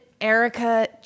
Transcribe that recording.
Erica